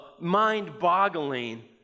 mind-boggling